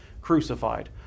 crucified